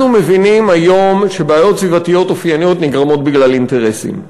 אנחנו מבינים היום שבעיות סביבתיות אופייניות נגרמות בגלל אינטרסים,